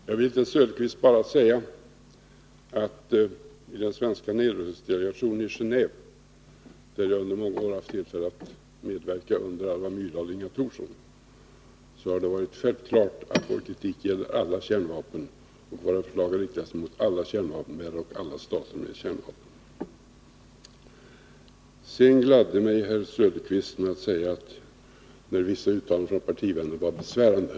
Herr talman! Jag vill till Oswald Söderqvist bara säga att det när det gäller den svenska nedrustningsdelegationen i Gendve-i vilken jag under många år haft tillfälle att medverka, under Alva Myrdal och Inga Thorsson — har varit självklart att vår kritik gäller alla kärnvapen och att våra förslag har riktat sig mot alla kärnvapenbärare och alla stater med kärnvapen. Det gladde mig att höra herr Söderqvist säga att vissa uttalanden från 103 partivänner var besvärande.